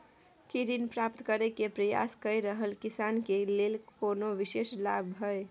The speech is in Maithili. की ऋण प्राप्त करय के प्रयास कए रहल किसान के लेल कोनो विशेष लाभ हय?